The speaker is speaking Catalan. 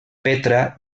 petra